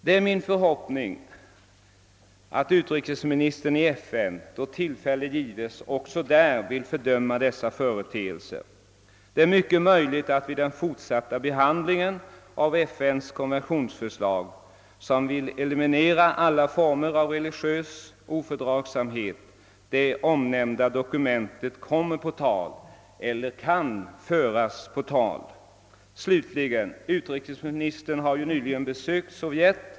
Det är min förhoppning att utrikesministern i FN då tillfälle gives också där vill fördöma dessa företeelser. Det är möjligt att vid den fortsatta behandlingen av FN:s konventionsförslag, som vill eliminera alla former av religiös ofördragsamhet, det omnämnda dokumentet kommer på tal eller kan föras på tal. Slutligen: utrikesministern har nyligen besökt Sovjet.